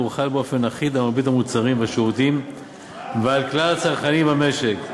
והוא חל באופן אחיד על מרבית המוצרים והשירותים ועל כלל הצרכנים במשק.